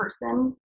person